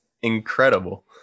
incredible